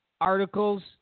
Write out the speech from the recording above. articles